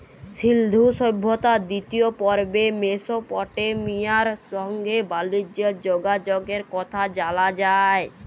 সিল্ধু সভ্যতার দিতিয় পর্বে মেসপটেমিয়ার সংগে বালিজ্যের যগাযগের কথা জালা যায়